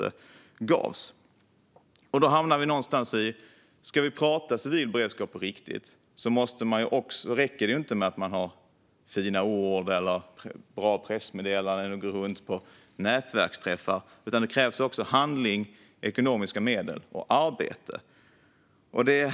Om vi ska tala civil beredskap på riktigt räcker det inte med fina ord och bra pressmeddelanden eller att gå runt på nätverksträffar, utan det krävs också handling, ekonomiska medel och arbete.